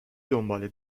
دنباله